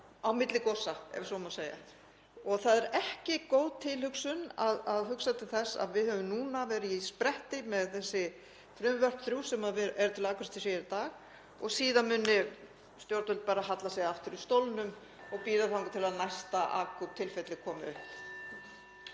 á milli gosa ef svo má segja. Það er ekki góð tilhugsun að hugsa til þess að við höfum núna verið í spretti með þessi frumvörp þrjú sem er til afgreiðslu síðar í dag og síðan muni stjórnvöld bara halla sér aftur í stólnum og bíða þangað til næsta akút tilfelli kemur